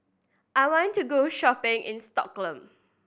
I want to go shopping in Stockholm